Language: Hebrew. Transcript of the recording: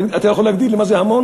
אתה יכול להגדיר לי מה זה המון?